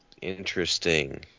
interesting